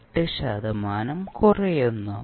8 ശതമാനം കുറയുന്നു